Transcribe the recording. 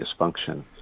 dysfunction